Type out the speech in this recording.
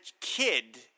kid –